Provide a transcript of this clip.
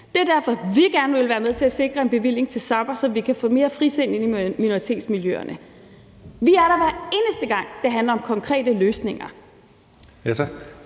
Det er derfor, vi gerne vil være med til at sikre en bevilling til Sabaah, så vi kan få mere frisind ind i minoritetsmiljøerne. Vi er der, hver eneste gang det handler om konkrete løsninger.